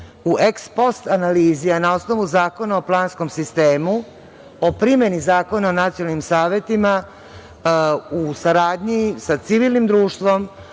u eks-post analizi, a na osnovu Zakona o planskom sistemu o primeni Zakona o nacionalnim savetima u saradnji sa civilnim društvom,